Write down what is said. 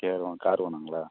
சரி உங்களுக்கு கார் வேணுங்களா